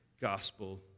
gospel